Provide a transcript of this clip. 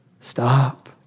stop